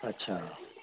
ਅੱਛਾ